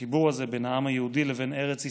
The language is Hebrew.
החיבור הזה בין העם היהודי לבין ארץ ישראל,